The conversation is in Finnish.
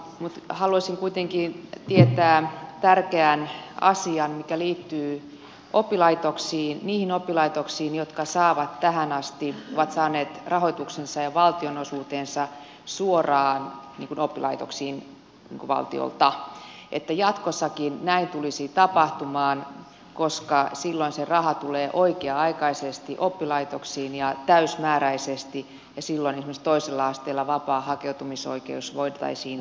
mutta haluaisin kuitenkin tietää tärkeän asian mikä liittyy niihin oppilaitoksiin jotka ovat saaneet tähän asti rahoituksensa ja valtionosuutensa suoraan oppilaitoksiin valtiolta että jatkossakin näin tulisi tapahtumaan koska silloin se raha tulee oikea aikaisesti oppilaitoksiin ja täysimääräisesti ja silloin esimerkiksi toisella asteella vapaa hakeutumisoikeus voitaisiin turvata